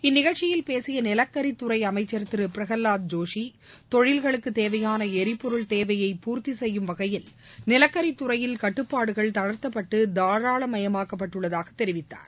இந்நிகழ்ச்சியில் பேசியநிலக்கரித்துறைஅமைச்சர் ஜோஷி திருபிரகலாத் தொழில்களுக்குதேவையாளளரிபொருள் தேவையை பூர்த்திச் செய்யும் வகையில் நிலக்கரித் துறையில் கட்டுப்பாடுகள் தளர்த்தப்பட்டுதாராளமயமாக்கப் பட்டுள்ளதாகதெரிவித்தார்